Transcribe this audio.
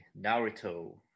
Naruto